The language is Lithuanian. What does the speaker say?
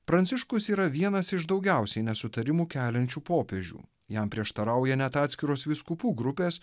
pranciškus yra vienas iš daugiausiai nesutarimų keliančių popiežių jam prieštarauja net atskiros vyskupų grupės